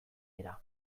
dira